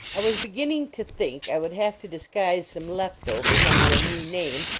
i was beginning to think i would have to disguise some left-overs under a new name,